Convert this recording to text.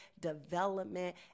development